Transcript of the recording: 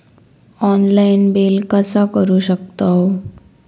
Online bill कसा करु शकतव?